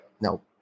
No